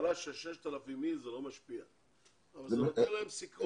ובהגרלה של 6,00 אנשים זה לא משפיע אבל זה נותן להם סיכוי.